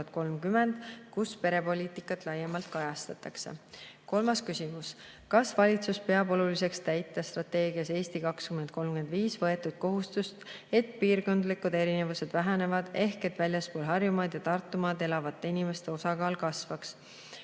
kus perepoliitikat laiemalt kajastatakse. Kolmas küsimus: "Kas valitsus peab oluliseks täita strateegias "Eesti 2035" võetud kohustust, et piirkondlikud erinevused vähenevad ehk et väljaspool Harjumaad ja Tartumaad elavate inimeste osakaal kasvaks?